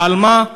ועל מה?